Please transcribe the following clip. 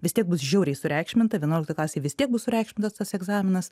vis tiek bus žiauriai sureikšminta vienuoliktoj klasėj vis tiek bus sureikšmintas tas egzaminas